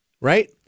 Right